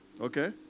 Okay